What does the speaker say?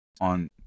on